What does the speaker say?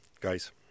Guys